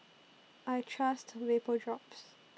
I Trust Vapodrops